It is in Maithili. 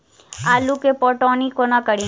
आलु केँ पटौनी कोना कड़ी?